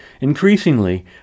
Increasingly